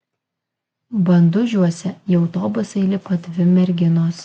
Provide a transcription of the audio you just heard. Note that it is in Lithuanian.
bandužiuose į autobusą įlipo dvi merginos